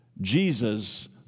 Jesus